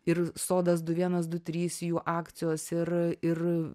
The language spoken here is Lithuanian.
ir sodas du vienas du trys jų akcijos ir ir